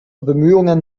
bemühungen